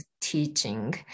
teaching